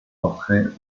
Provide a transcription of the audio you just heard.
portrait